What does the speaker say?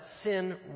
sin